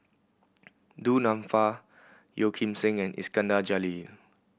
Du Nanfa Yeo Kim Seng and Iskandar Jalil